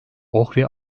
ohri